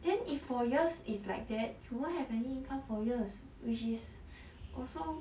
then if for years it's like that you won't have any income for years which is also